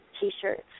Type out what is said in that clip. t-shirts